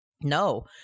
No